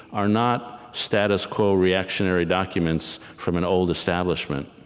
are not status quo reactionary documents from an old establishment.